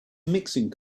mixing